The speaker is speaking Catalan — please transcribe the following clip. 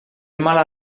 mala